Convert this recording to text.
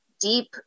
deep